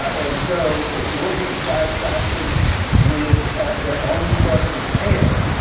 and so, if you look at the satisfaction with their own cost of care,